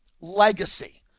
Legacy